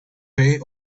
way